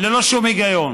ללא שום היגיון